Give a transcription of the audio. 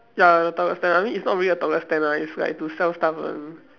ya the toilet stand I mean it's not really a toilet stand lah it's like to sell stuff one